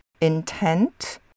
intent